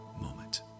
moment